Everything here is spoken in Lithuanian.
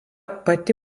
pati